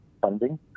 funding